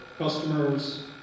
customers